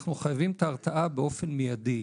אנחנו חייבים את ההרתעה באופן מיידי: